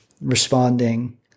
responding